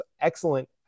excellent